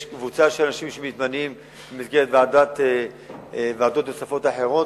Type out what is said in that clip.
קבוצה של אנשים שמתמנים במסגרת ועדות נוספות אחרות,